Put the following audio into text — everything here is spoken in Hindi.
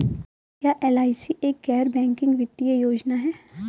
क्या एल.आई.सी एक गैर बैंकिंग वित्तीय योजना है?